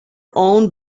own